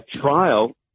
trial